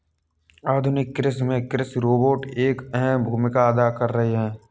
आधुनिक कृषि में कृषि रोबोट एक अहम भूमिका अदा कर रहे हैं